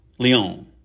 Leon